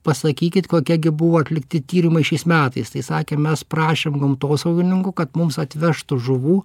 pasakykit kokia gi buvo atlikti tyrimai šiais metais tai sakė mes prašėm gamtosaugininkų kad mums atvežtų žuvų